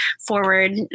forward